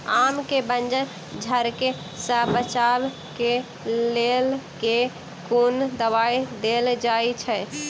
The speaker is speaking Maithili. आम केँ मंजर झरके सऽ बचाब केँ लेल केँ कुन दवाई देल जाएँ छैय?